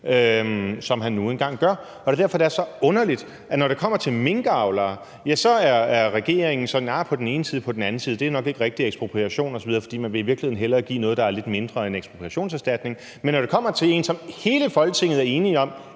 som han nu engang gør. Det er derfor, det er så underligt, at når det kommer til minkavlere, siger regeringen sådan, at ah, på den ene side og på den anden side, og at det nok ikke rigtig er ekspropriation osv., fordi man i virkeligheden hellere vil give noget, der er lidt mindre end ekspropriationserstatning, men når det kommer til en, som hele Folketinget er enige om